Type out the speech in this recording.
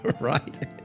right